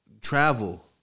travel